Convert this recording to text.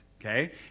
okay